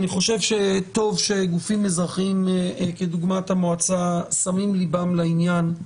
אני חושב שטוב שגופים אזרחיים כדוגמת המועצה שמים ליבם לעניין.